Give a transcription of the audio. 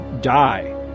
die